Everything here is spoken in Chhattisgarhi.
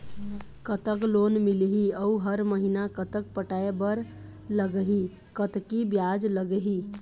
कतक लोन मिलही अऊ हर महीना कतक पटाए बर लगही, कतकी ब्याज लगही?